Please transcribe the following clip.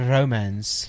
Romance